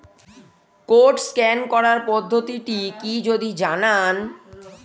Code scan করার পদ্ধতিটি কি যদি জানান?